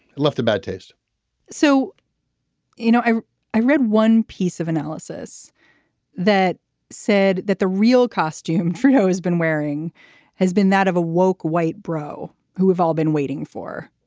left a bad taste so you know i i read one piece of analysis that said that the real costume trudeau has been wearing has been that of a woke white bro who have all been waiting for.